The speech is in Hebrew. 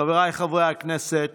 חבריי חברי הכנסת,